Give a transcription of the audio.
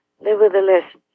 Nevertheless